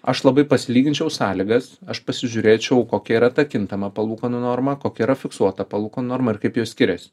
aš labai pasilyginčiau sąlygas aš pasižiūrėčiau kokia yra ta kintama palūkanų norma kokia yra fiksuota palūkanų norma ir kaip jos skiriasi